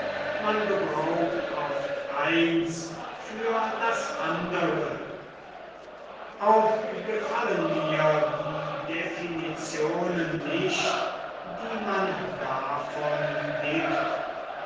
man gebraucht oft eins für das andere auch gefallen mir die definitionen nicht die man davon gibt